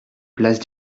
place